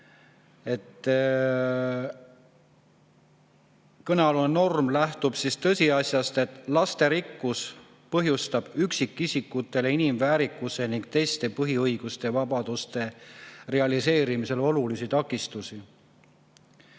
kõnealune norm lähtub tõsiasjast, et lasterikkus põhjustab üksikisikutele inimväärikuse ning teiste põhiõiguste ja vabaduste realiseerimisel olulisi takistusi.